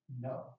No